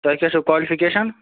تۄہہِ کیٛاہ چھَو کالفِکیٚشَن